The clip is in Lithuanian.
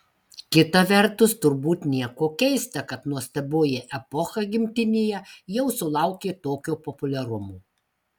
kita vertus turbūt nieko keista kad nuostabioji epocha gimtinėje jau sulaukė tokio populiarumo